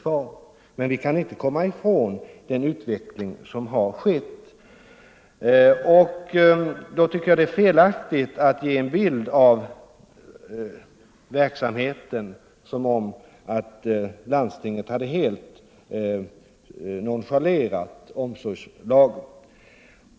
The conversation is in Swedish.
Vi kan dock inte komma ifrån att det skett en utveckling, och då tycker jag det är felaktigt att ge en sådan bild av verksamheten att landstingen skulle ha nonchalerat omsorgslagen.